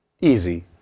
easy